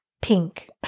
pink